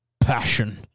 passion